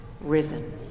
risen